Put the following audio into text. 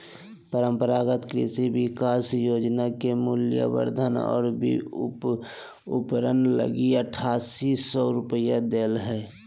परम्परागत कृषि विकास योजना के मूल्यवर्धन और विपरण लगी आठासी सौ रूपया दे हइ